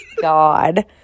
God